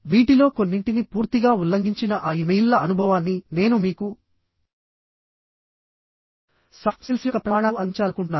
వీటిలో కొన్నింటిని పూర్తిగా ఉల్లంఘించిన ఆ ఇమెయిల్ల అనుభవాన్ని నేను మీకు సాఫ్ట్ స్కిల్స్ యొక్క ప్రమాణాలు అందించాలనుకుంటున్నాను